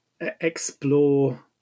explore